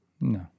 No